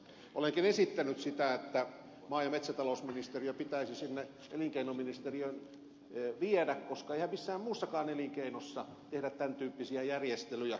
olenkin esittänyt sitä että maa ja metsätalousministeriö pitäisi sinne työ ja elinkeinoministeriöön viedä koska eihän missään muussakaan elinkeinossa tehdä tämän tyyppisiä järjestelyjä